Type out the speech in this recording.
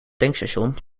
tankstation